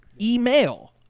email